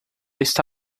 está